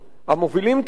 המובילים קיללו,